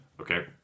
okay